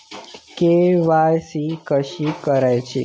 KYC कशी करायची?